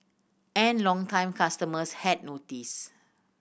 and longtime customers had noticed